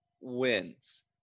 wins